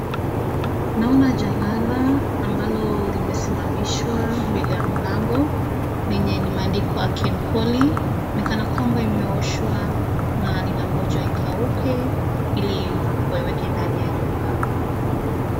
Naona jalala ambalo limesimamishwa mbele ya mlango lenye limeandikwa kenpoly , ni kama kwamba imeoshwa na linagonjwa ikauke ili waiweke ndani ya nyumba.